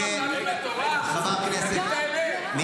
זאת האמת, זה מה שצריך לעשות.